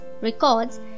records